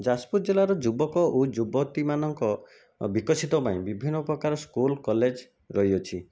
ଯାଜପୁର ଜିଲ୍ଲାର ଯୁବକ ଓ ଯୁବତୀମାନଙ୍କ ବିକଶିତ ପାଇଁ ବିଭିନ୍ନ ପ୍ରକାର ସ୍କୁଲ କଲେଜ ରହିଅଛି